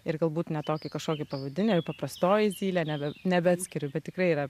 ir galbūt ne tokį kažkokį pavadinę ir paprastoji zylė nebe nebeatskiriu bet tikrai yra